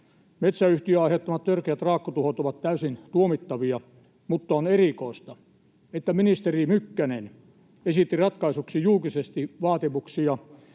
Metsäyhtiön aiheuttamat törkeät raakkutuhot ovat täysin tuomittavia, mutta on erikoista, että ministeri Mykkänen esitti ratkaisuksi julkisesti vaatimuksia